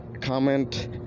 comment